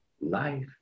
life